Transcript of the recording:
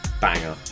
Banger